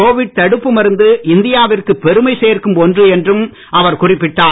Covid தடுப்பு மருந்து இந்தியாவிற்கு பெருமை சேர்க்கும் ஒன்று என்றும் அவர் குறிப்பிட்டார்